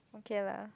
okay lah